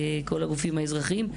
כל הגופים האזרחיים.